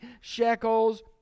shekels